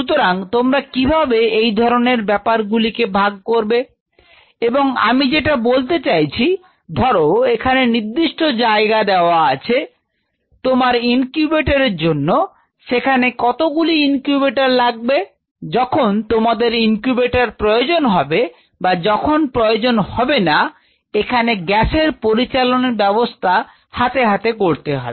সুতরাং তোমরা কিভাবে এই ধরনের ব্যাপার গুলি কে ভাগ করবে এবং আমি যেটা বলতে চাইছি ধরো এখানে নির্দিষ্ট জায়গা দেওয়া আছে তোমার ইনকিউবেটরের জন্য সেখানে কতগুলি ইনকিউবেটর লাগবে যখন তোমাদের ইনকিউবেটর প্রয়োজন হবে বা যখন প্রয়োজন হবে না এখানে গ্যাসের পরিচালন ব্যবস্থা হাতে হাতে করতে হবে